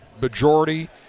majority